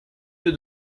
lieu